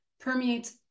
permeates